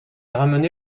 ramené